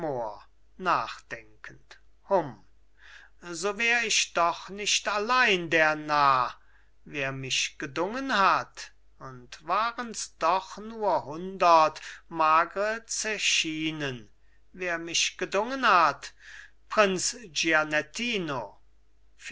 nachdenkend hum so wär ich doch nicht allein der narr wer mich gedungen hat und warens doch nur hundert magre zechinen wer mich gedungen hat prinz